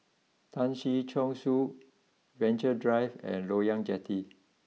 Tan Si Chong Su Venture Drive and Loyang Jetty